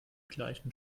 gleichen